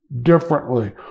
differently